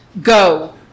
go